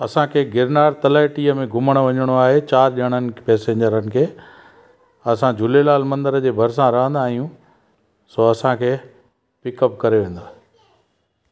असांखे गिरनार तलैटीअ में घुमण वञिणो आहे चार ॼणनि पैसेंजरनि खे असां झूलेलाल मंदर जे भरिसां रहंदा आयूं सो असांखे पिकअप करे वेंदव